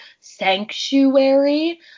sanctuary